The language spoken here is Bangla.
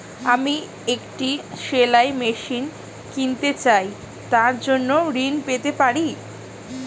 আমি একটি সেলাই মেশিন কিনতে চাই তার জন্য ঋণ পেতে পারি?